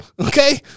Okay